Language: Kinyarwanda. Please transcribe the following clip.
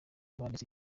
banditse